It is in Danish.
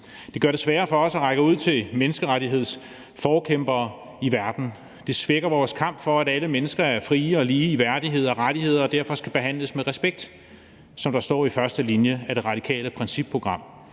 Det gør det sværere for os at række ud til menneskerettighedsforkæmpere i verden, og det svækker vores kamp for, at alle mennesker er frie og lige i værdighed og rettigheder og derfor skal behandles med respekt, sådan som der også står i den første linje af Radikales principprogram